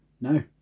No